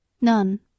None